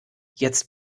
jetzt